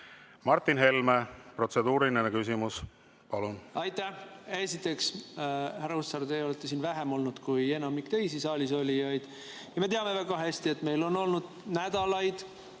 Martin Helme, protseduuriline küsimus, palun! Aitäh! Esiteks, härra Hussar, teie olete siin vähem olnud kui enamik teisi saalisolijaid. Ja me teame väga hästi, et meil on olnud nädalaid,